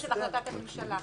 -- ואנחנו --- של החלטת הממשלה.